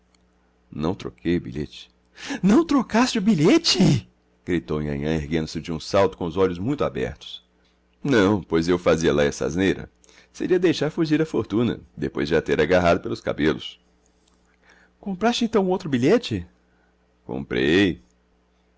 não troquei o bilhete não trocaste o bilhete gritou nhanhã erguendo-se de um salto com os olhos muito abertos não pois eu fazia lá essa asneira seria deixar fugir a fortuna depois de a ter agarrado pelos cabelos compraste então o outro bilhete comprei